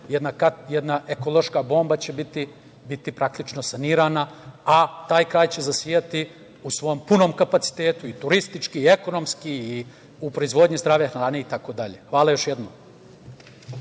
Jedna ekološka bomba će biti praktično sanirana, a taj kraj će zasijati u svom punom kapacitetu i turistički i ekonomski i u proizvodnji zdrave hrane itd. Hvala još jednom.